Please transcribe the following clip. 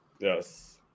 Yes